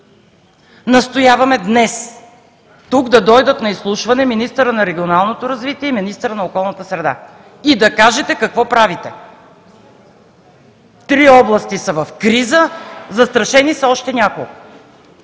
Настояваме днес тук да дойдат за изслушване министърът на регионалното развитие и министърът на околната среда и да кажете какво правите. Три области са в криза, застрашени са още няколко.